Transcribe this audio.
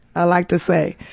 i like to say.